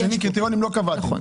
מצד שני לא קבעתם קריטריונים.